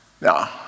No